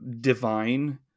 divine